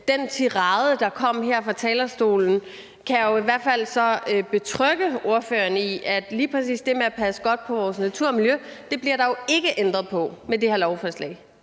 den tirade, der kom her fra talerstolen, kan jeg er jo i hvert fald så betrygge ordføreren i, at lige præcis det med at passe godt på vores natur og vores miljø bliver der ikke ændret på med det her lovforslag.